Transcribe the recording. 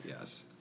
Yes